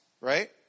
right